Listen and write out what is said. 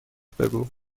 بگو